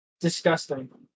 disgusting